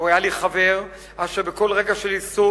הוא היה לי חבר אשר בכל רגע של היסוס,